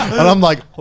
and i'm like,